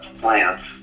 plants